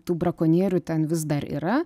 tų brakonierių ten vis dar yra